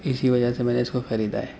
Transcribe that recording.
تو اسی وجہ سے میں نے اس کو خریدا ہے